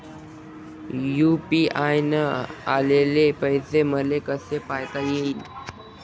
UPI न आलेले पैसे मले कसे पायता येईन?